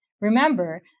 Remember